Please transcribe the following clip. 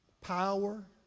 power